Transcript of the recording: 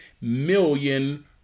million